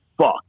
fuck